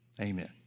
amen